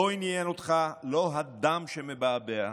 לא עניין אותך לא הדם שמבעבע,